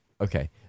Okay